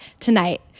tonight